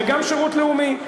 וגם שירות לאומי.